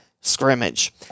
scrimmage